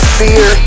fear